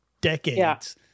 decades